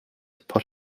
put